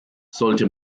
sollte